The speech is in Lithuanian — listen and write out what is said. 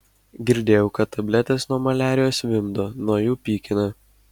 girdėjau kad tabletės nuo maliarijos vimdo nuo jų pykina